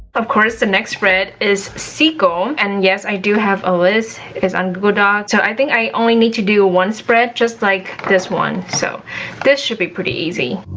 of course the next spread is sequel. and yes, i do have a list. it's on google doc. so i think i only need to do one spread just like this one. so this should be pretty easy.